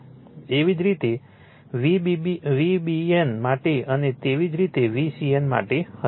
એવી જ રીતે VBN માટે અને તેવી જ રીતે VCN માટે હશે